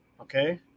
okay